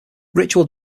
ritual